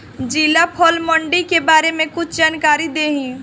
जिला फल मंडी के बारे में कुछ जानकारी देहीं?